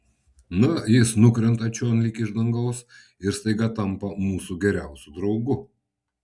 na jis nukrenta čion lyg iš dangaus ir staiga tampa mūsų geriausiu draugu